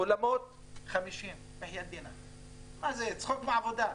אולמות 50. זה צחוק מהעבודה.